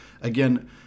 Again